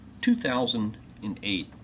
2008